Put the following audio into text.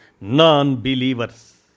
non-believers